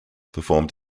performed